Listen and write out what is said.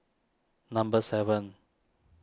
number seven